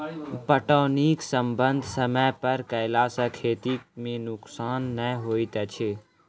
पटौनीक प्रबंध समय पर कयला सॅ खेती मे नोकसान नै होइत अछि